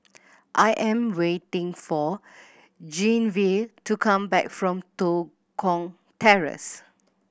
I am waiting for Genevieve to come back from Tua Kong Terrace